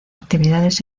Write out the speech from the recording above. actividades